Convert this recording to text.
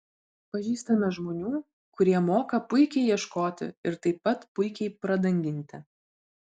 pažįstame žmonių kurie moka puikiai ieškoti ir taip pat puikiai pradanginti